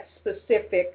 specific